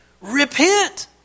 Repent